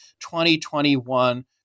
2021